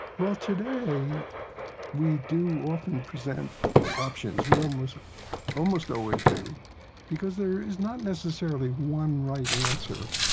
well, today we do often present options. we almost almost always do because there is not necessarily one right answer